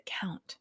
count